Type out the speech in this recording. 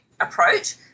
approach